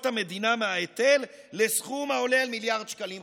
המדינה מההיטל לסכום העולה על מיליארד שקלים חדשים".